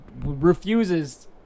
Refuses